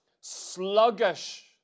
sluggish